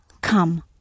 come